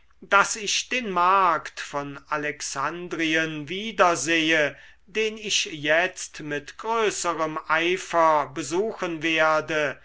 daß ich den markt von alexandrien wiedersehe den ich jetzt mit größerem eifer besuchen werde